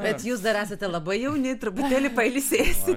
bet jūs dar esate labai jauni truputėlį pailsėsit